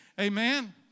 Amen